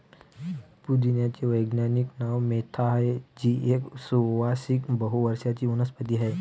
पुदिन्याचे वैज्ञानिक नाव मेंथा आहे, जी एक सुवासिक बहु वर्षाची वनस्पती आहे